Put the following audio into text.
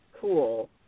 cool